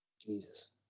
Jesus